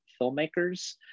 filmmakers